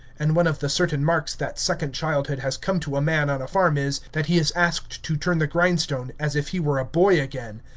and one of the certain marks that second childhood has come to a man on a farm is, that he is asked to turn the grindstone as if he were a boy again.